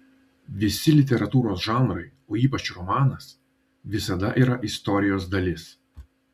visi literatūros žanrai o ypač romanas visada yra istorijos dalis